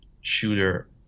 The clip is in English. shooter